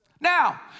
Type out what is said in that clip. Now